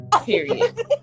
period